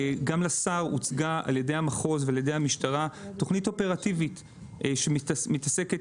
גם לשר הוצגה ע"י המחוז וע"י המשטרה תוכנית אופרטיבית שמתעסקת